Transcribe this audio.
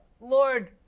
Lord